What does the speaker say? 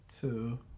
two